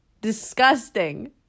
Disgusting